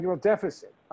deficit